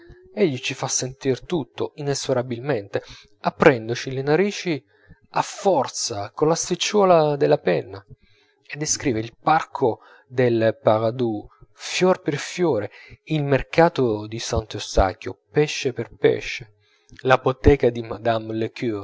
lantier egli ci fa sentir tutto inesorabilmente aprendoci le narici a forza coll'asticciuola della penna e descrive il parco del paradou fiore per fiore il mercato di sant'eustachio pesce per pesce la bottega di